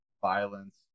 violence